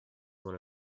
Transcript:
one